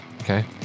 Okay